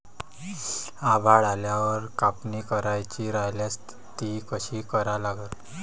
आभाळ आल्यावर कापनी करायची राह्यल्यास ती कशी करा लागन?